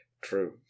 True